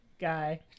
guy